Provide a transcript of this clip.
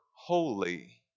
holy